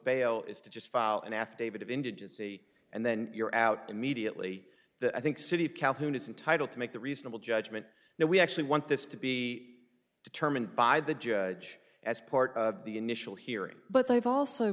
bail is to just file an affidavit of indigency and then you're out immediately that i think city of calhoun is entitle to make the reasonable judgment that we actually want this to be determined by the judge as part of the initial hearing but they've also